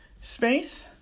space